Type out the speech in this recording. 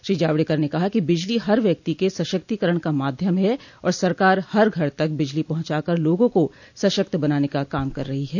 श्री जावड़ेकर ने कहा कि बिजली हर व्यक्ति के सशक्तिकरण का माध्यम है और सरकार हर घर तक बिजली पहुंचाकर लोगों को सशक्त बनाने का काम कर रही है